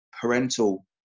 parental